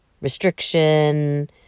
restriction